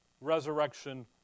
resurrection